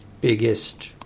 biggest